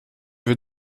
veux